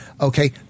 Okay